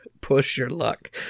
push-your-luck